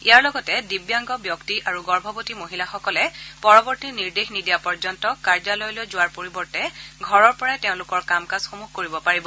ইয়াৰ লগতে দিব্যাংগ ব্যক্তি আৰু গৰ্ভৱতী মহিলাসকলে পৰৱৰ্তী নিৰ্দেশ নিদিয়া পৰ্যন্ত কাৰ্যালয়লৈ যোৱাৰ পৰিৱৰ্তে ঘৰৰ পৰাই তেওঁলোকৰ কাম কাজসমূহ কৰিব পাৰিব